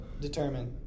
Determined